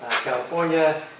California